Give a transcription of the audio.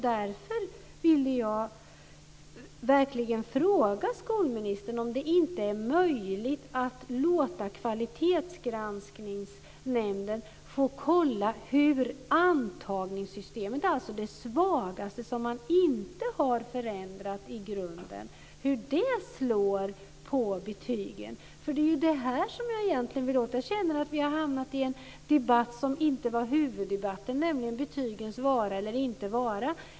Därför vill jag fråga skolministern om det inte är möjligt att låta Kvalitetsgranskningsnämnden få kontrollera hur antagningssystemet, alltså det svagaste som man inte har förändrat i grunden, slår på betygen. Jag känner att vi har hamnat i en debatt om något som inte var huvudfrågan, nämligen betygens vara eller inte vara.